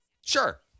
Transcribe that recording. Sure